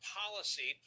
policy